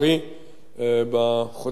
בחודשים הקרובים.